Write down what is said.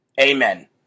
amen